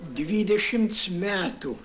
dvidešimts metų